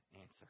answer